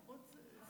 עכשיו.